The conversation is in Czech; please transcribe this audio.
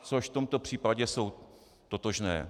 Což v tomto případě jsou totožné.